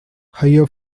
higher